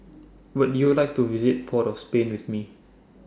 Would YOU like to visit Port of Spain with Me